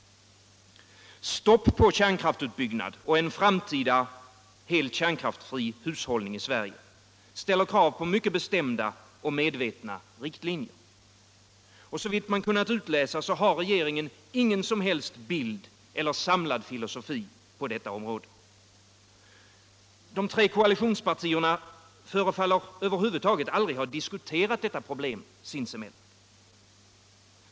Stopp på kärnkrafisutbyggnad och en framtida helt kärnkrafisfri hushållning i Sverige ställer krav på mycket bestämda och medvetna riktlinjer. Såvitt man kunnat utläsa har regeringen ingen som helst bild eller samlad filosofi på detta område. De tre koalitionspartierna förefaller över huvud taget aldrig ha diskuterat detta problem sinsemeltan.